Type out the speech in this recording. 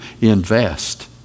invest